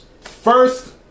first